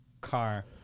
car